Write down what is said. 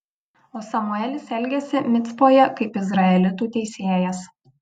o samuelis elgėsi micpoje kaip izraelitų teisėjas